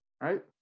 right